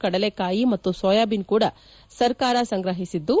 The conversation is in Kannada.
ಕಡಲೆಕಾಯಿ ಮತ್ತು ಸೋಯಾಬಿನ್ ಕೂಡ ಸರ್ಕಾರ ಸಂಗ್ರಹಿಸಿದ್ದು